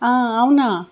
అవునా